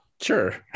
sure